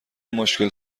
مشکل